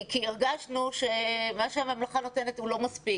כי הרגשנו שמה שהממלכה נותנת הוא לא מספיק,